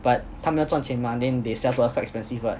but 他们要赚钱 mah then they sell to us quite expensive what